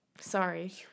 Sorry